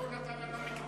מפה הוא נתן לנו מקדמה,